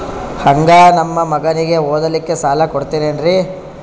ಹಂಗ ನಮ್ಮ ಮಗನಿಗೆ ಓದಲಿಕ್ಕೆ ಸಾಲ ಕೊಡ್ತಿರೇನ್ರಿ?